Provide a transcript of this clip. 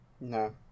No